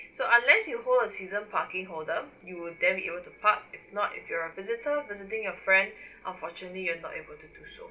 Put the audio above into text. so unless you hold a season parking holder you will then be able to park if not if you're a visitor visiting your friend unfortunately you're not able to do so